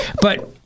but-